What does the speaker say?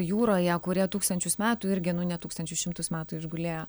jūroje kurie tūkstančius metų irgi nu ne tūkstančius šimtus metų išgulėjo